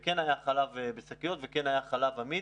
כן היה חלב בשקיות, וכן היה חלב עמיד,